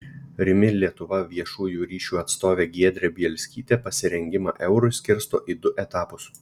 rimi lietuva viešųjų ryšių atstovė giedrė bielskytė pasirengimą eurui skirsto į du etapus